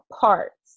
parts